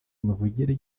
imivugire